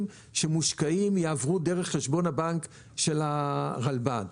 שמושקעים יעברו דרך חשבון הבנק של הרלב"ד.